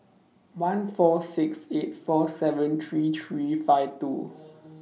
one four six eight four seven three three five two